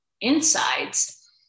insides